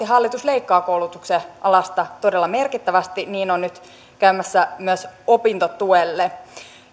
hallitus leikkaa koulutuksen alasta todella merkittävästi ja niin on nyt käymässä myös opintotuelle